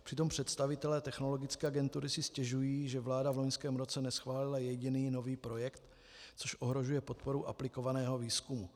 Přitom představitelé Technologické agentury si stěžují, že vláda v loňském roce neschválila jediný nový projekt, což ohrožuje podporu aplikovaného výzkumu.